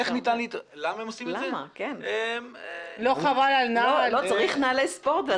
לעשות ספורט, צריך נעלי ספורט.